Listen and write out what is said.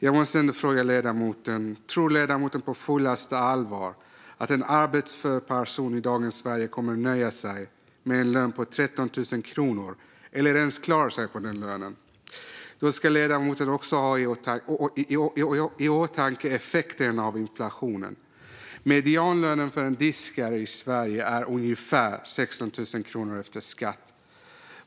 Jag måste fråga: Tror ledamoten på fullaste allvar att en arbetsför person i dagens Sverige kommer att nöja sig med en lön på 13 000 kronor eller ens klara sig på den? Då ska ledamoten också ha i åtanke effekterna av inflationen. Medianlönen för en diskare i Sverige är ungefär 16 000 kronor efter skatt.